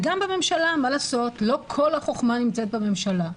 וגם בממשלה, מה לעשות, לא כל החוכמה נמצאת בממשלה.